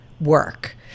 work